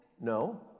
No